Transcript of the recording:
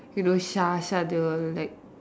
you know Shasha they will like